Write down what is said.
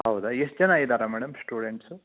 ಹೌದೇ ಎಷ್ಟು ಜನ ಇದ್ದಾರೆ ಮೇಡಮ್ ಸ್ಟೂಡೆಂಟ್ಸು